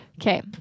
Okay